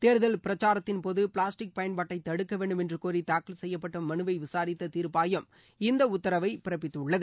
தேர்தல் பிரச்சாரத்தின்போது பிளாஸ்டிக் பயன்பாட்டை தடுக்க வேண்டும் என்று கோரி தாக்கல் செய்யப்பட்ட மனுவை விசாரித்த தீர்ப்பாயம் இந்த உத்தரவை பிறப்பித்துள்ளது